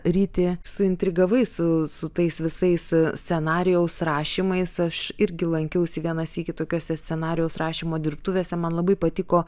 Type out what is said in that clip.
ryti suintrigavai su su tais visais scenarijaus rašymais aš irgi lankiausi vieną sykį tokiose scenarijaus rašymo dirbtuvėse man labai patiko